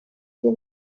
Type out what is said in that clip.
ntera